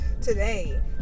Today